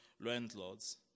landlords